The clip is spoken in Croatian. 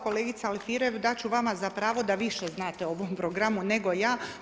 Kolegica Alfirev, dat ću vama za pravo da više znate o ovom programu nego ja.